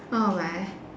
oh my